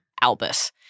Albus